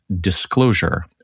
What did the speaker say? disclosure